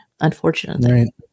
unfortunately